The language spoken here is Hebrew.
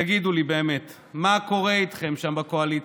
תגידו לי באמת, מה קורה איתכם שם בקואליציה?